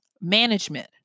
management